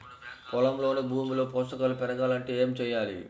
పొలంలోని భూమిలో పోషకాలు పెరగాలి అంటే ఏం చేయాలి?